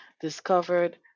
discovered